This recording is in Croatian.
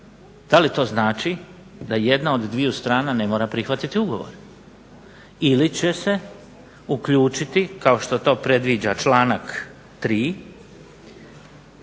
da li to znači da jedna od dviju strana ne mora prihvatiti ugovor? Ili će se uključiti kao što to predviđa članak 3.